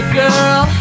girl